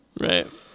Right